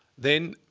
then